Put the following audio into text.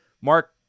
Mark